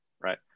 Right